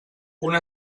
una